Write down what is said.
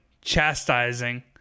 chastising